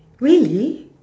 really